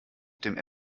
dem